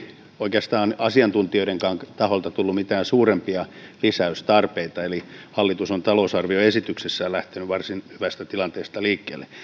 oikeastaan asiantuntijoidenkaan taholta tullut mitään suurempia lisäystarpeita eli hallitus on talousarvioesityksessään lähtenyt varsin hyvästä tilanteesta liikkeelle